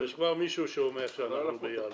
אין הרבה מידע ששמור כבר באופן ידני,